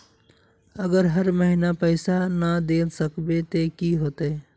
अगर हर महीने पैसा ना देल सकबे ते की होते है?